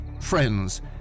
friends